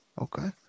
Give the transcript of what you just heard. okay